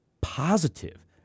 positive